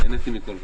נהניתי מכל רגע.